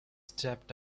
stepped